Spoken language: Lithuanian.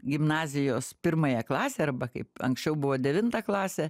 gimnazijos pirmąją klasę arba kaip anksčiau buvo devintą klasę